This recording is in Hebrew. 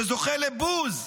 שזוכה לבוז.